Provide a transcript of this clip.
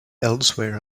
elsewhere